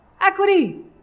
Equity